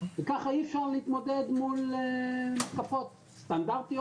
וככה אי אפשר להתמודד מול מתקפות סטנדרטיות,